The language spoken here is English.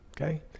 okay